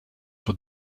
for